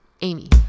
Amy